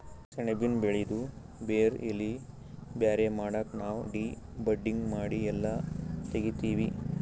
ಸೆಣಬಿನ್ ಬೆಳಿದು ಬೇರ್ ಎಲಿ ಬ್ಯಾರೆ ಮಾಡಕ್ ನಾವ್ ಡಿ ಬಡ್ಡಿಂಗ್ ಮಾಡಿ ಎಲ್ಲಾ ತೆಗಿತ್ತೀವಿ